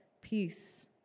peace